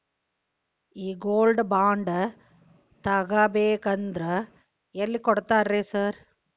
ಈ gold bond ತಗಾಬೇಕಂದ್ರ ಎಲ್ಲಿ ಕೊಡ್ತಾರ ರೇ ಸಾರ್?